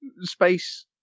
space